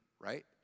right